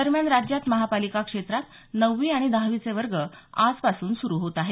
दरम्यान राज्यात महापालिका क्षेत्रात नववी आणि दहावीचे वर्ग आजपासून सुरू होत आहेत